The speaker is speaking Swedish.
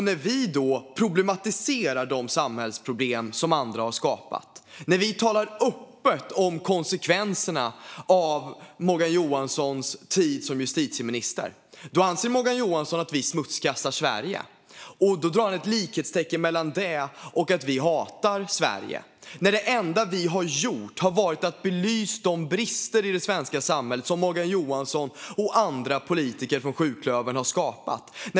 När vi problematiserar de samhällsproblem som andra har skapat och när vi talar öppet om konsekvenserna av Morgan Johanssons tid som justitieminister anser han att vi smutskastar Sverige och drar ett likhetstecken mellan det och att vi hatar Sverige. Det enda vi har gjort är att belysa de brister i det svenska samhället som Morgan Johansson och andra politiker från sjuklövern har skapat.